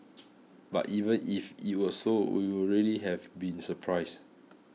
but even if it were so we would really have been surprised